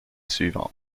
suivante